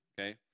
okay